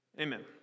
Amen